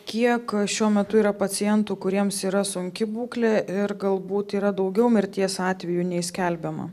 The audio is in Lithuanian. kiek šiuo metu yra pacientų kuriems yra sunki būklė ir galbūt yra daugiau mirties atvejų nei skelbiama